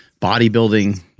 bodybuilding